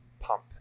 pump